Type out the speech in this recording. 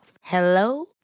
Hello